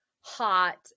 hot